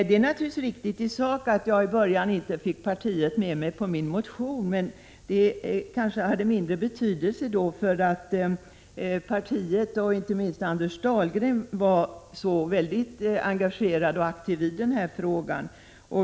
Det är naturligtvis riktigt i sak att jag i början inte fick partiet med mig på min motion. Men det kanske kan ha mindre betydelse eftersom partiet, och inte minst Anders Dahlgren, var väldigt engagerat och aktivt i den här frågan.